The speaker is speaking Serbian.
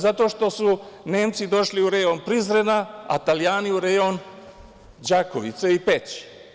Zato što su Nemci došli u rejon Prizrena, a Italijani u rejon Đakovice i Peći.